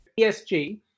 ESG